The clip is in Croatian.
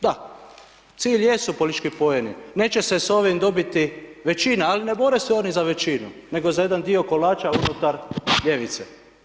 Da, cilj jesu politički poeni, neće se s ovim dobiti većina, ali ne bore se oni za većinu, nego za jedan dio kolača unutar ljevice.